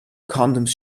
condoms